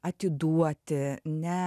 atiduoti ne